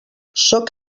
sóc